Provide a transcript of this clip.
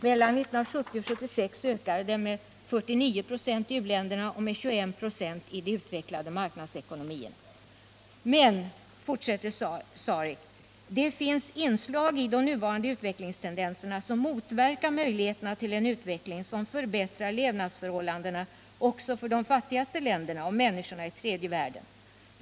Mellan 1970 och 1976 ökade den med 49 procent i u-länderna och med 21 procent i de utvecklade marknadsekonomierna.” Och SAREC uttalar i fortsättningen: ”Det finns inslag i de nuvarande utvecklingstendenserna som motverkar möjligheterna till en utveckling som förbättrar levnadsförhållandena också för de fattigaste länderna och människorna i tredje världen.